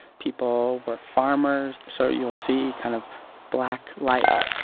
people were farmers, so you'll see kind of black life.